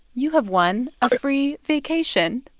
you have won a free vacation